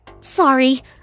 Sorry